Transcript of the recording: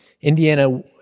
Indiana